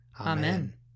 Amen